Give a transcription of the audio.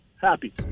Happy